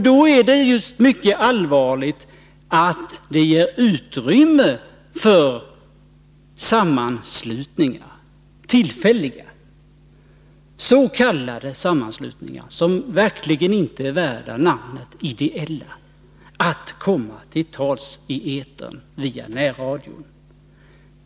Då är det mycket allvarligt att verksamheten ger utrymme för tillfälliga, s.k. ideella sammanslutningar, som verkligen inte är värda namnet ideella, att komma till tals i etern via närradion.